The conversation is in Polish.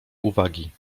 uwagi